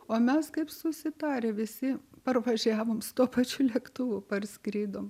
o mes kaip susitarę visi parvažiavom tuo pačiu lėktuvu parskridom